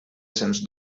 sens